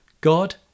God